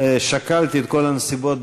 שקלתי את כל הנסיבות,